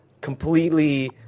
completely